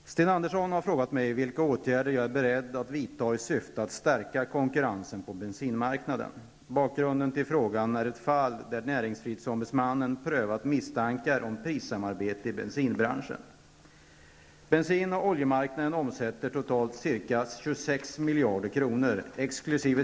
Herr talman! Sten Andersson i Malmö har frågat mig vilka åtgärder jag är beredd att vidta i syfte att stärka konkurrensen på bensinmarknaden. Bakgrunden till frågan är ett fall där näringsfrihetsombudsmannen prövat misstankar om prissamarbete i bensinbranschen. miljarder kronor exkl.